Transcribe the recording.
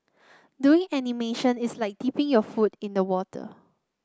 doing animation is like dipping your foot in the water